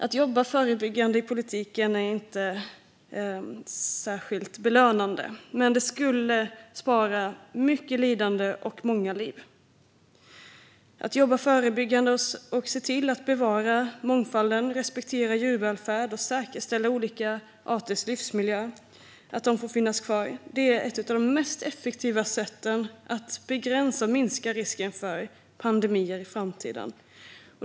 Att jobba förebyggande i politiken är tyvärr inte särskilt lönande, men det skulle spara mycket lidande och många liv. Att jobba förebyggande och se till att bevara den biologiska mångfalden, respektera djurvälfärd och säkerställa att olika arters livsmiljöer får finnas kvar är ett av de effektivaste sätten att begränsa och minska risken för pandemier i framtiden.